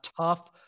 tough